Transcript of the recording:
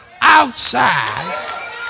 outside